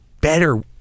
better